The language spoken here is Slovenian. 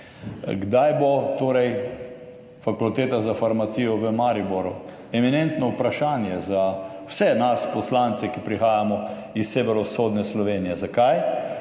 Kdaj bo torej fakulteta za farmacijo v Mariboru? Eminentno vprašanje za vse nas poslance, ki prihajamo iz severovzhodne Slovenije. Zakaj?